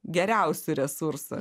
geriausių resursų